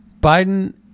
Biden